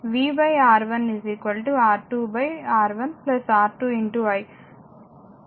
కాబట్టి v R1 R2 R1 R2 i